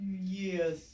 Yes